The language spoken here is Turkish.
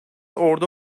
ordu